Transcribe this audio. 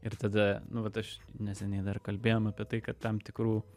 ir tada nu vat aš neseniai dar kalbėjom apie tai kad tam tikrų